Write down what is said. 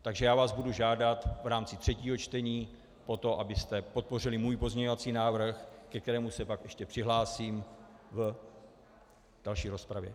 Takže vás budu žádat v rámci třetího čtení o to, abyste podpořili můj pozměňovací návrh, ke kterému se pak ještě přihlásím v další rozpravě.